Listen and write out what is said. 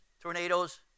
tornadoes